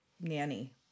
nanny